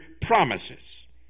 promises